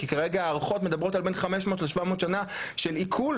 כי כרגע ההערכות מדברות על בין 500 ל- 700 שנה של עיקול